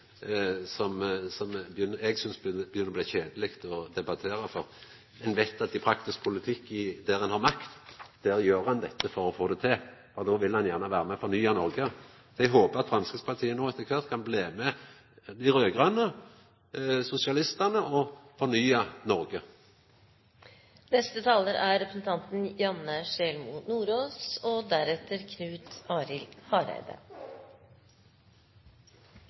eg synest begynner å bli kjedeleg å debattere, fordi ein veit at i praktisk politikk der ein har makt, gjer ein dette for å få det til, og då vil ein gjerne vera med på å fornya Noreg. Eg håpar at Framstegspartiet no etter kvart kan bli med dei raud-grøne sosialistane og fornya Noreg. Senterpartiet er